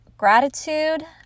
gratitude